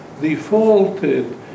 defaulted